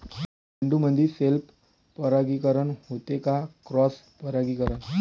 झेंडूमंदी सेल्फ परागीकरन होते का क्रॉस परागीकरन?